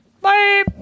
Bye